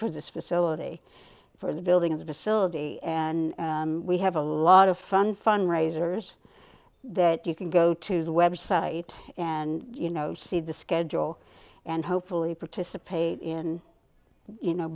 for this facility for the building of the facility and we have a lot of fun fundraisers that you can go to the website and you know see the schedule and hopefully participate in you know